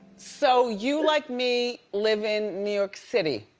so you like me live in new york city?